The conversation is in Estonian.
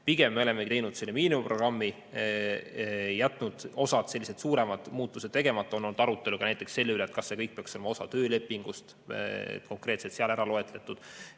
Pigem me oleme ellu viinud miinimumprogrammi, jätnud osa suuremaid muudatusi tegemata. On olnud arutelu ka selle üle, kas see kõik peaks olema osa töölepingust, konkreetselt seal ära loetletud.